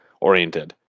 oriented